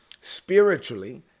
spiritually